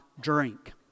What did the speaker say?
drink